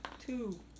Two